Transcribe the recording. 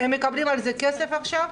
הם מקבלים על זה כסף עכשיו?